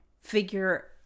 Figure